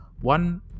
one